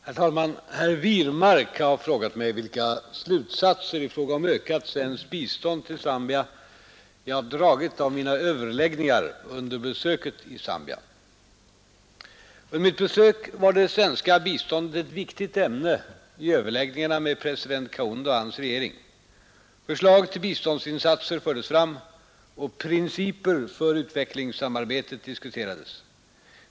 Herr talman! Herr Wirmark har frågat mig vilka slutsatser i fråga om ökat svenskt bistånd till Zambia jag dragit av mina överläggningar under besöket i Zambia. Under mitt besök var det svenska biståndet ett viktigt ämne i överläggningarna med president Kaunda och hans regering. Förslag till biståndsinsatser fördes fram och principer för utvecklingssamarbetet diskuterades.